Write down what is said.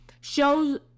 shows